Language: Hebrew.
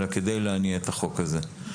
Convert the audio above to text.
אלא כדי להניע את החוק הזה.